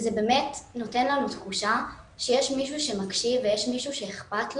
וזה באמת נותן לנו תחושה שיש מישהו שמקשיב ואכפת לו,